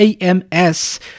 AMS